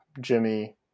Jimmy